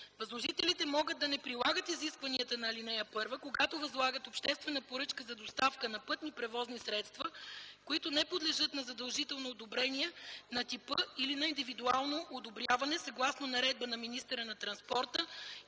Възложителите могат да не прилагат изискванията на ал. 1, когато възлагат обществена поръчка за доставка на пътни превозни средства, които не подлежат на задължително одобрение на типа или на индивидуално одобряване съгласно наредба на министъра на транспорта,